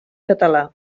català